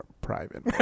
private